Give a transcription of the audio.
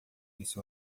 disse